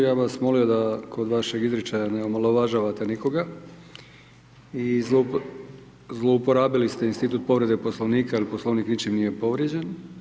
Ja bih vas molio da kod vašeg izričaja ne omaložavate nikoga i zlouporabili ste Institut povrede Poslovnika jel Poslovnik nije ničim povrijeđen.